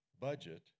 budget